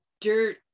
dirt